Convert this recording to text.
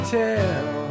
tell